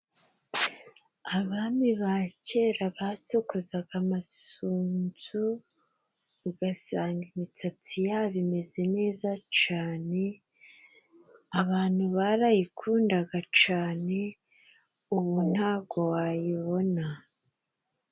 Abami ba kera basokozaga amasunzu ,ugasanga imitsatsi yabo imeze neza cane abantu barayikundaga cane ubu ntago wayibona.